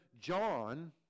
John